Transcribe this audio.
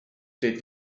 did